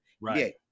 Right